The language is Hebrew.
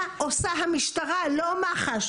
מה עושה המשטרה, לא מח"ש?